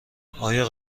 آیای